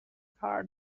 کار